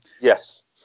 Yes